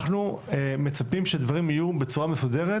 אנחנו מצפים שדברים יהיו בצורה מסודרת